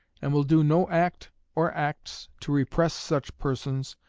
and will do no act or acts to repress such persons,